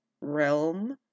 realm